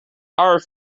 are